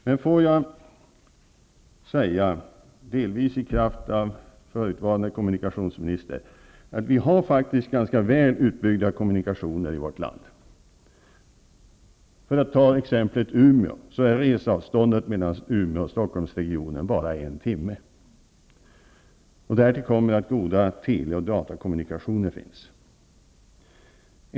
Men får jag säga, delvis i kraft av min ställning som förutvarande kommunikationsminister, att vi faktiskt har ganska väl utbyggda kommunikationer i vårt land. För att ta exemplet Umeå, så är reseavståndet mellan Umeå och Stockholmsregionen en sträcka som det tar bara en timma att färdas. Därtill kommer att goda tele och datakommunikationer finns.